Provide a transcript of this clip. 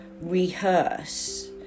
rehearse